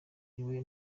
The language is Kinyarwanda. iwe